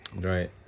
Right